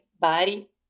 body